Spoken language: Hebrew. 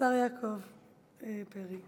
השר יעקב פרי.